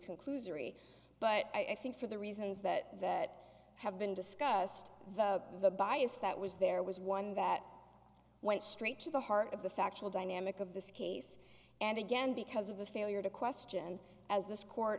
conclusory but i think for the reasons that that have been discussed the bias that was there was one that went straight to the heart of the factual dynamic of this case and again because of the failure to question as this court